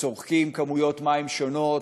צורכים כמויות מים שונות,